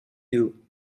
you